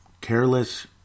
careless